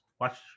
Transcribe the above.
watch